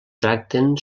tracten